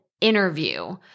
interview